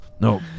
No